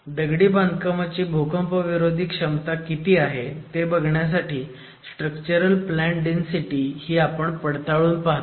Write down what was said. दगडी बांधकामाची भूकंपविरोधी क्षमता किती आहे ते बघण्यासाठी स्ट्रक्चरल प्लॅन डेन्सीटी ही आपण पडताळून पाहतो